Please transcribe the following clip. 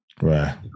Right